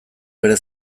bere